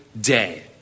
day